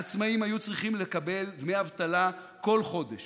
העצמאים היו צריכים לקבל דמי אבטלה כל חודש,